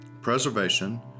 preservation